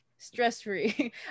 stress-free